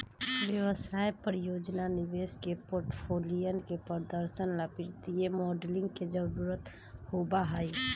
व्यवसाय, परियोजना, निवेश के पोर्टफोलियन के प्रदर्शन ला वित्तीय मॉडलिंग के जरुरत होबा हई